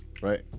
right